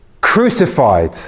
crucified